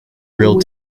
real